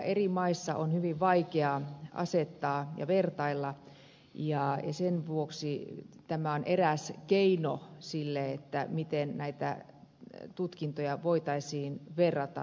eri maiden tutkintoja on hyvin vaikea vertailla ja sen vuoksi tämä on eräs keino miten näitä tutkintoja voitaisiin verrata toisiinsa